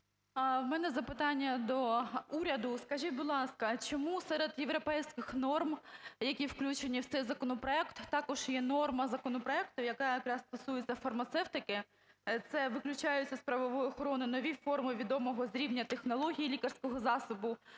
В мене запитання до уряду. Скажіть, будь ласка, а чому серед європейських норм, які включені в цей законопроект, також є норма законопроекту, яка якраз стосується фармацевтики, це виключаються з правової охорони нові форми відомого з рівня технологій лікарського засобу,